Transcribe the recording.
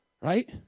Right